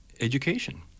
education